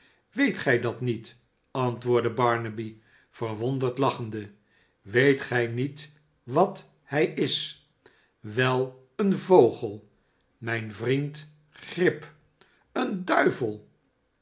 weet gij dat niet antwoordde barnaby verwonderd lachende aweet gij niet wat hij is wel een vogel mijn vriend grip een duivel